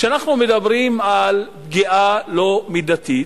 כשאנחנו מדברים על פגיעה לא מידתית,